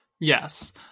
Yes